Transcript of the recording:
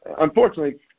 unfortunately